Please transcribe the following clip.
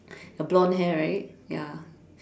uh blonde hair right ya